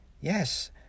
Yes